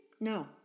No